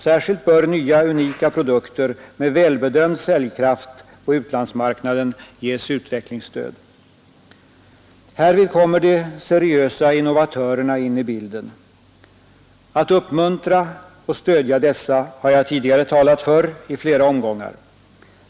Särskilt bör nya unika produkter med välbedömd säljkraft på utlandsmarknaden ges utvecklingsstöd. Härvid kommer de seriösa innovatörerna in i bilden. Att vi skall uppmuntra och stödja dessa har jag tidigare talat för i flera omgångar.